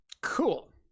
Cool